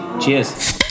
Cheers